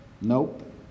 Nope